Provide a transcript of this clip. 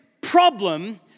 problem